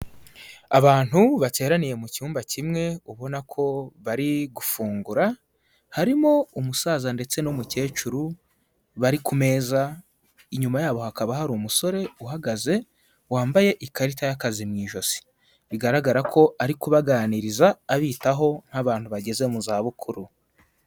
Abantu bateraniye mu cyumba kimwe, ubona ko bari gufungura, harimo umusaza ndetse n'umukecuru, bari ku meza, inyuma yabo hakaba hari umusore uhagaze, wambaye ikarita y'akazi mu ijosi. Bigaragara ko ari kubaganiriza,, abitaho nk'abantu bageze mu zabukuru.